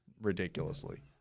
ridiculously